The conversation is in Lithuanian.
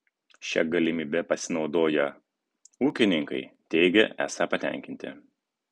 šia galimybe pasinaudoję ūkininkai teigia esą patenkinti